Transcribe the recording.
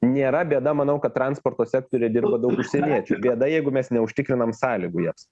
nėra bėda manau kad transporto sektoriuje dirba daug užsieniečių bėda jeigu mes neužtikrinam sąlygų jiems